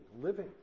living